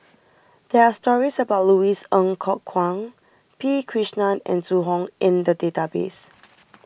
there are stories about Louis Ng Kok Kwang P Krishnan and Zhu Hong in the database